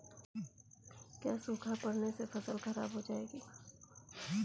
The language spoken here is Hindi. क्या सूखा पड़ने से फसल खराब हो जाएगी?